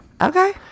Okay